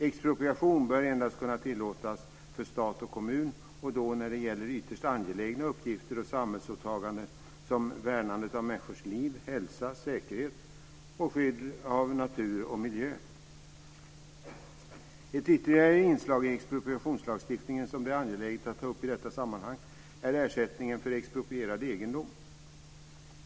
Expropriation bör endast kunna tillåtas för stat och kommun - och då när det gäller ytterst angelägna uppgifter och samhällsåtaganden, såsom värnandet av människors liv, hälsa och säkerhet samt skyddet av natur och miljö. Ytterligare ett inslag i expropriationslagstiftningen som det är angeläget att ta upp i detta sammanhang är ersättningen för exproprierad egendom.